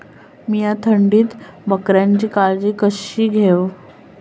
मीया थंडीत बकऱ्यांची काळजी कशी घेव?